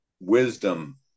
wisdom